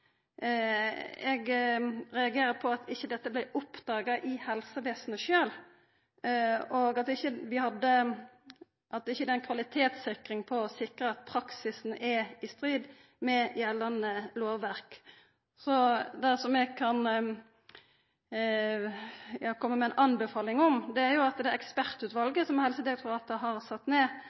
Eg reagerer på at ikkje dette blei oppdaga i helsevesenet sjølv, og at det ikkje er ei kvalitetssikring for å sikra at praksisen er i strid med gjeldande lovverk. Så det som eg kan komma med ei anbefaling om, er at det ekspertutvalet som Helsedirektoratet har sett ned,